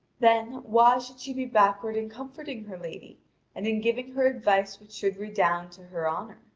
then, why should she be backward in comforting her lady and in giving her advice which should redound to her honour?